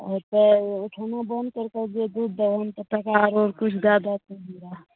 ओ तए उठौना बन्द करि कऽ जे दूध देबनि तऽ टाका आरो किछु दए देथिन हमरा